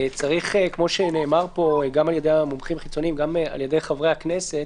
כמו שנאמר פה גם על ידי מומחים חיצוניים וגם על ידי חברי הכנסת,